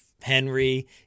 henry